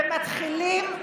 ומתחילים,